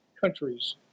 countries